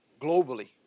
globally